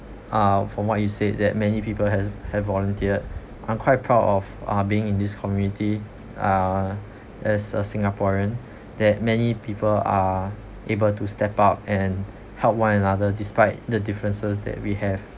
uh from what you said that many people has have volunteered I'm quite proud of uh being in this community uh as a singaporean that many people are able to step up and help one another despite the differences that we have